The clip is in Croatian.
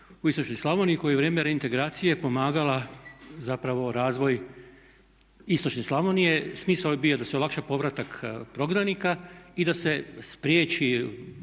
u istočnoj Slavoniji koji je u vrijeme reintegracije pomagala zapravo razvoj istočne Slavonije. Smisao je bio da se olakša povratak prognanika i da se spriječi,